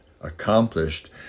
accomplished